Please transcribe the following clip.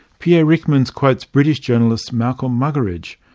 pierre ryckmans quotes british journalist malcolm muggeridge,